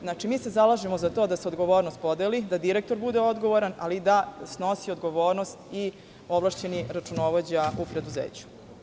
Zalažemo se za to da se odgovornost podeli, da direktor bude odgovoran, ali i da snosi odgovornost i ovlašćeni računovođa u preduzeću.